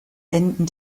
enden